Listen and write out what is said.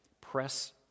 press